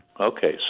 Okay